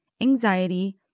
anxiety